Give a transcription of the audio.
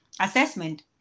assessment